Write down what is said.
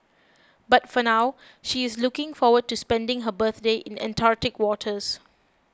but for now she is looking forward to spending her birthday in Antarctic waters